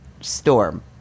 Storm